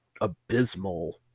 abysmal